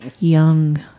young